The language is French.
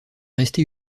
resté